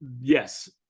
yes